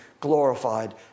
glorified